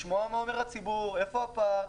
לשמוע מה אומר הציבור, איפה הפער.